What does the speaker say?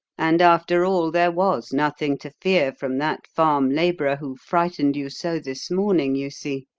and after all, there was nothing to fear from that farm labourer who frightened you so this morning, you see,